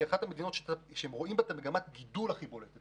כאחת המדינות שרואים בה את מגמת הגידול הכי בולטת,